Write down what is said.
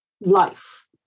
life